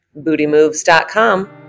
bootymoves.com